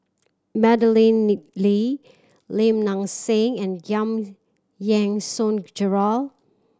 Madeleine Nick Lee Lim Nang Seng and Giam Yean Song Gerald